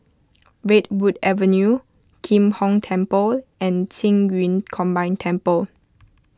Redwood Avenue Kim Hong Temple and Qing Yun Combined Temple